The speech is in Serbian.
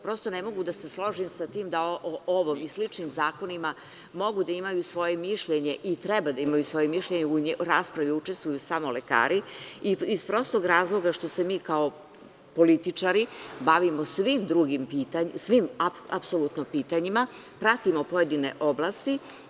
Prosto ne mogu da se složim sa tim o ovom i sličnim zakonima, mogu da imaju svoje mišljenje i treba da imaju svoje mišljenje, u raspravi učestvuju samo lekari, iz prostog razloga što se mi kao političari bavimo svim apsolutno pitanjima, pratimo pojedine oblasti.